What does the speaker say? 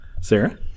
Sarah